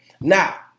Now